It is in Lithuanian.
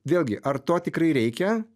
vėlgi ar to tikrai reikia